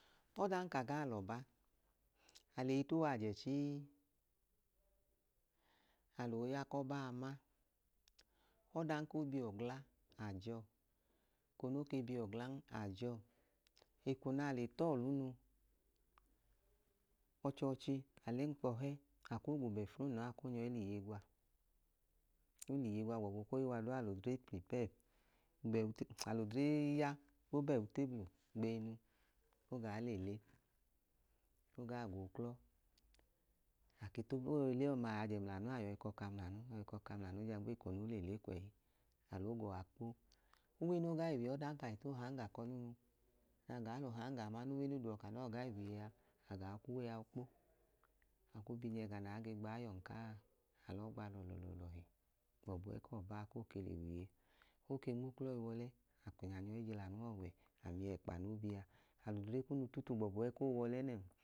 Ọdan ka gaa lọba, aleyi tuwajẹ chii aloo ya k'ọbaa ma ọdan ko biọ gla ajọọ eko no ke biọ glan ajọọ, eko naa le tọọlunu ọchọọchi alẹnkpọ hẹ akuu gu bẹfrum lọọ ako nyọi l'iye gwa, oliye gwagbọbu ekoi wa duua alodre prepare bẹu alodre ya kpo bẹẹ uteblu gbeinu ogaa lele ogaa g'uuklo ake tub oyọile ọma ayajẹ mlanu ayọi kọka mlanu yọi kọka mlanu jaa gbeeko no le le kwẹyi alogoa kpo. Uwe no gaiwiyea odan kai t'uhanga k'olunu na gaa l'uhangaa ma n'uwe no duwọ kanọọ gai w'iyea a gaa kuwea akpo aku bi nyẹ ga naa ge gbaa yọn kaa alọ gba lọlọlọlọọhi gbọbu ẹkọọbako ke le w'iye. Oke nm'uklọ iwọlẹ akwinya nyọi jilanu ọwẹ, amiẹkpa no bia, al'odre kunu tutu gbọbu ekoi w'ọlẹ